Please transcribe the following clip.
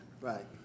Right